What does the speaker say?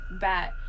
bat